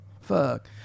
fuck